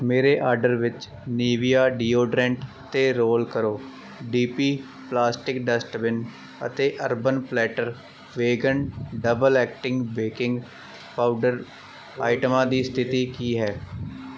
ਮੇਰੇ ਆਰਡਰ ਵਿੱਚ Nivea deodorant ਅਤੇ ਰੋਲ ਕਰੋ ਡੀ ਪੀ ਪਲਾਸਟਿਕ ਡਸਟਬਿਨ ਅਤੇ urban platter vegan double acting baking powder ਆਈਟਮਾਂ ਦੀ ਸਥਿਤੀ ਕੀ ਹੈ